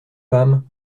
femme